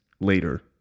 later